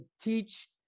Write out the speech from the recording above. teach